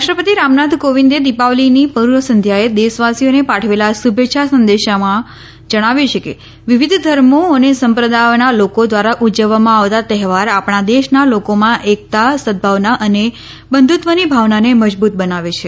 રાષ્ટ્રપતિ રામનાથ કોવિંદે દિપાવલીની પૂર્વ સંધ્યાએ દેશવાસીઓને પાઠવેલા શુભેચ્છા સંદેશમાં જણાવ્યું છે કે વિવિધ ધર્મો અને સંપ્રદાયોના લોકો દ્વારા ઉજવવામાં આવતા તહેવાર આપણા દેશના લોકોમાં એકતા સદ્વાવના અને બંધુત્વની ભાવનાને મજબૂત બનાવે છે